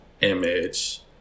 image